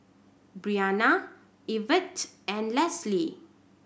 Briana Ivette and Lesli